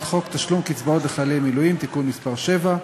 חוק תשלום קצבאות לחיילי מילואים ולבני משפחותיהם (תיקון מס' 7),